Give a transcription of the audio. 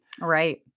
right